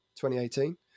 2018